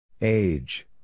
Age